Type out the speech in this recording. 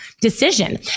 decision